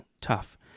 tough